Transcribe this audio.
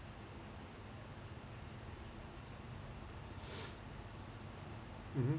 mmhmm